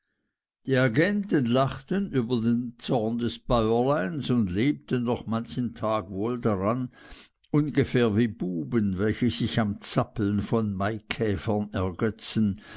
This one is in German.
die agenten lachten sehr über den zorn des bäuerleins und lebten noch manchen tag wohl daran ungefähr wie buben welche sich am zappeln von maikäfern ergötzen